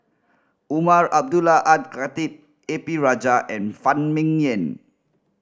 Umar Abdullah Al Khatib A P Rajah and Phan Ming Yen